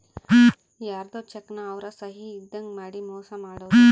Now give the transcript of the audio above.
ಯಾರ್ಧೊ ಚೆಕ್ ನ ಅವ್ರ ಸಹಿ ಇದ್ದಂಗ್ ಮಾಡಿ ಮೋಸ ಮಾಡೋದು